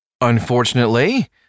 Unfortunately